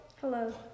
Hello